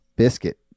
biscuit